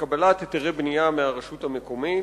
אנטנות, בקבלת היתרי בנייה מהרשות המקומית.